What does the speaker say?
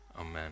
Amen